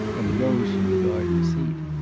and rose from the garden seat.